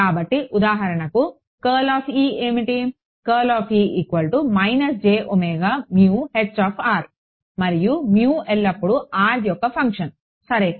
కాబట్టి ఉదాహరణకు ఏమిటి మరియు ఎల్లప్పుడూ r యొక్క ఫంక్షన్ సరే